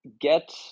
get